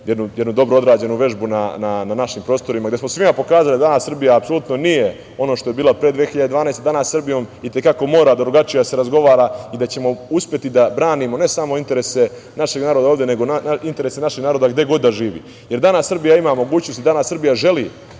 jednu dobro odrađenu vežbu na našim prostorima, gde smo svima pokazali da danas Srbija apsolutno nije ono što je bila pre 2012. godine. Danas Srbijom i te kako mora drugačije da se razgovara. Uspećemo da branimo ne samo interese našeg naroda ovde, nego interese našeg naroda gde god da živi, jer danas Srbija ima mogućnosti, danas Srbija želi